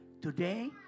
today